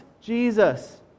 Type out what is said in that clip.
Jesus